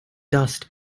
dust